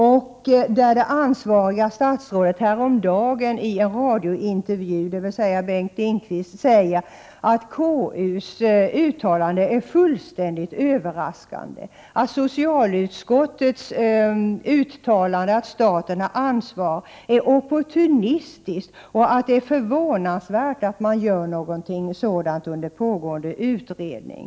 Det ansvariga statsrådet, Bengt Lindqvist, sade häromdagen i en radiointervju att konstitutionsutskottets uttalande är fullständigt överraskande, att socialutskottets uttalande om att staten har ett ansvar i frågan är opportunistiskt och att det är förvånansvärt att man kommer med sådana uttalanden under pågående utredning.